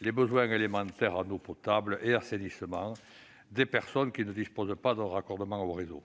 les besoins élémentaires en eau potable et en assainissement des personnes qui ne disposent pas d'un raccordement au réseau.